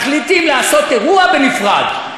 שמחליטים לעשות אירוע בנפרד.